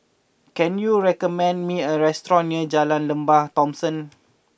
can you recommend me a restaurant near Jalan Lembah Thomson